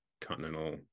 continental